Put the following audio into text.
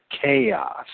chaos